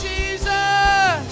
Jesus